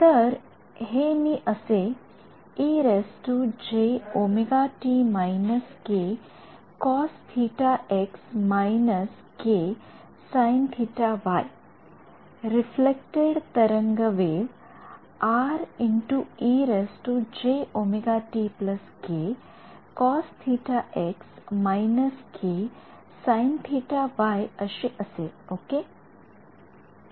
तर हे मी असे रिफ्लेक्टड तरंगवेव्ह अशी असेल ओके